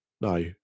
No